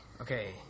Okay